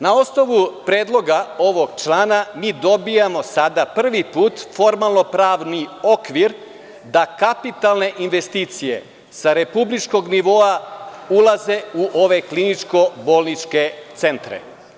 Na osnovu predloga ovog člana, mi dobijamo sadaprvi put formalno-pravni okvir da kapitalne investicije sa republičkog nivoa ulaze u ove klično-bolničke centre.